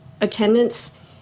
attendance